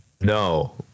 No